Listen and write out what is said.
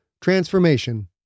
transformation